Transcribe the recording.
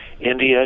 india